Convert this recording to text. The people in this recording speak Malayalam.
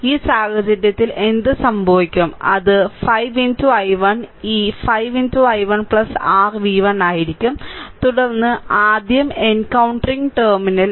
ഈ സാഹചര്യത്തിൽ എന്ത് സംഭവിക്കും അത് 5 i1 ഈ 5 i1 r v1 ആയിരിക്കും തുടർന്ന് ആദ്യം എൻകൌണ്ടറിങ് ടെർമിനൽ